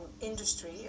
industry